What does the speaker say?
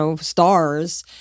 stars